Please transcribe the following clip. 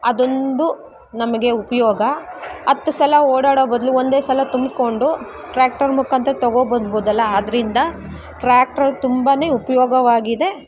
ಅದೊಂದು ನಮಗೆ ಉಪಯೋಗ ಹತ್ ಸಲ ಓಡಾಡೋ ಬದಲು ಒಂದೇ ಸಲ ತುಂಬಿಕೊಂಡು ಟ್ರ್ಯಾಕ್ಟರ್ ಮುಖಾಂತ್ರ ತಗೋ ಬರ್ಬೋದಲ್ಲ ಅದರಿಂದ ಟ್ರ್ಯಾಕ್ಟರ್ ತುಂಬಾ ಉಪಯೋಗವಾಗಿದೆ